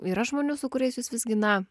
yra žmonių su kuriais jūs visgi na